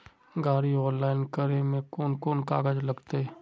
गाड़ी ऑनलाइन करे में कौन कौन कागज लगते?